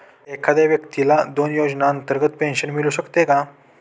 एखाद्या व्यक्तीला दोन योजनांतर्गत पेन्शन मिळू शकते का?